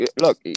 look